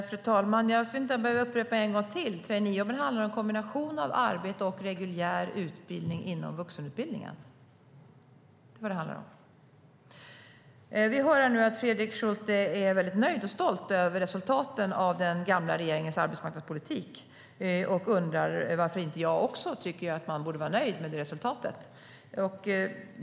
Fru talman! Jag måste tydligen upprepa det ytterligare en gång: Traineejobben är en kombination av arbete och reguljär utbildning inom vuxenutbildningen. Det är vad det handlar om. Vi hör att Fredrik Schulte är väldigt nöjd med och stolt över resultatet av den tidigare regeringens arbetsmarknadspolitik och undrar varför inte jag också är nöjd med det resultatet.